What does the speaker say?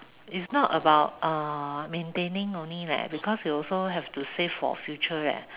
is not about uh maintaining only leh because you also have to save for future leh